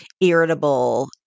irritable